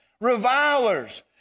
revilers